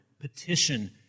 petition